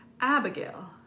Abigail